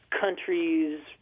countries